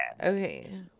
Okay